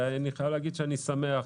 ואני חייב להגיד שאני שמח על כך,